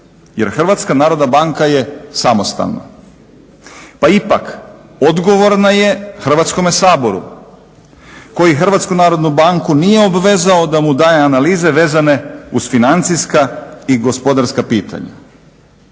ne mora jer HNB je samostalna. Pa ipak odgovorna je Hrvatskom saboru koji HNB nije obvezao da mu daje analize vezane uz financijska i gospodarska pitanja.